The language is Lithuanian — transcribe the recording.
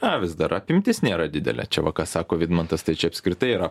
a vis dar apimtis nėra didelė čia va ką sako vidmantas tai čia apskritai yra